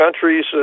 countries